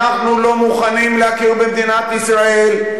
אנחנו לא מוכנים להכיר במדינת ישראל,